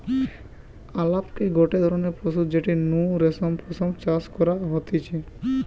আলাপকে গটে ধরণের পশু যেটির নু রেশম পশম চাষ করা হতিছে